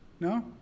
No